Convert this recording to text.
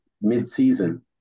Mid-season